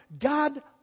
God